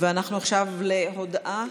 אנחנו עוברים להודעה